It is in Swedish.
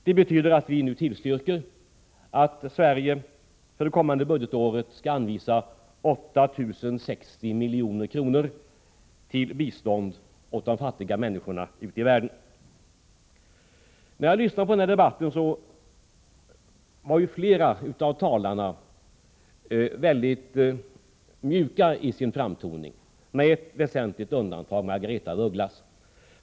Det betyder att vi nu tillstyrker att Sverige för ett kommande budgetår skall anvisa 8 060 milj.kr. till bistånd åt de fattiga människorna ute i världen. När jag lyssnat på den här debatten har jag funnit att flera av talarna varit mjuka i sin framtoning, med ett väsentligt undantag: Margaretha af Ugglas.